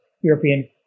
European